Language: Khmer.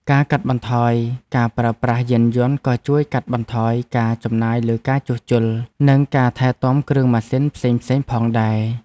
ការកាត់បន្ថយការប្រើប្រាស់យានយន្តក៏ជួយកាត់បន្ថយការចំណាយលើការជួសជុល និងការថែទាំគ្រឿងម៉ាស៊ីនផ្សេងៗផងដែរ។